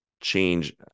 change